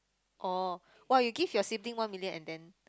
orh !wah! you give your sibling one million and then